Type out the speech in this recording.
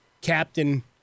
captain